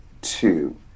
two